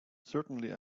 certainly